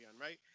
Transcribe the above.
right